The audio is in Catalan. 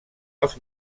els